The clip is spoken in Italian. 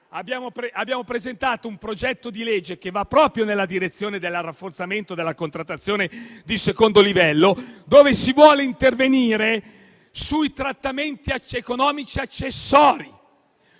abbiamo presentato un progetto di legge che va proprio nella direzione del rafforzamento della contrattazione di secondo livello, nel quale si vuole intervenire sui trattamenti economici accessori,